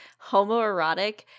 homoerotic